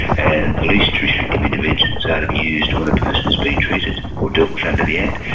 and the least restrictive interventions are to be used when a person is being treated or dealt with under the act,